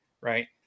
Right